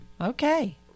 okay